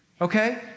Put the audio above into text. Okay